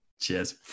Cheers